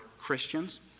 Christians